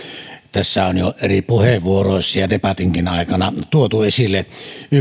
tässä on jo eri puheenvuoroissa ja debatinkin aikana tuotu esille